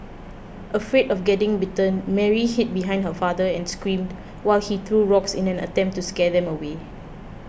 afraid of getting bitten Mary hid behind her father and screamed while he threw rocks in an attempt to scare them away